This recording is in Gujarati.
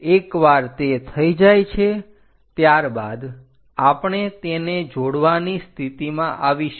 એકવાર તે થઇ જાય છે ત્યારબાદ આપણે તેને જોડવાની સ્થિતિમાં આવીશું